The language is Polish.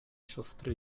siostry